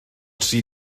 tri